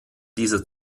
dieser